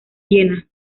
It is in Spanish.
viena